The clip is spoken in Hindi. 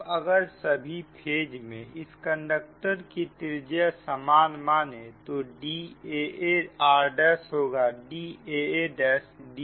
अब अगर सभी फेज में इस कंडक्टर की त्रिज्या सामान माने तो daa r' होगा